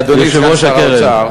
אדוני יושב-ראש הקרן.